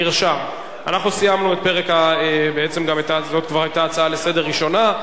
זאת היתה ההצעה הראשונה לסדר-היום.